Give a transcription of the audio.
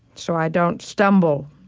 so i don't stumble.